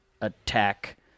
attack